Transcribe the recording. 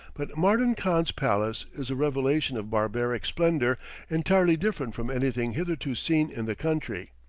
but mardan khan's palace is a revelation of barbaric splendor entirely different from anything hitherto seen in the country.